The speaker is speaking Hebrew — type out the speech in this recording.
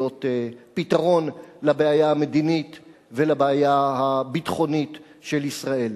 פתרון לבעיה המדינית ולבעיה הביטחונית של ישראל.